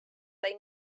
they